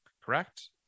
correct